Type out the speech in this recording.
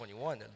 21